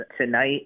tonight